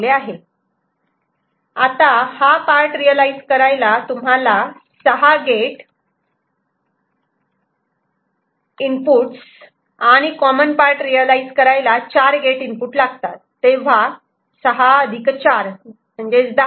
आता हा part realise करायला तुम्हाला 6 गेट इनपुट्स 1 2 3 4 5 6 आणि कॉमन पार्ट रियलायझ करायला चार गेट इनपुट लागतात तेव्हा 6 4 10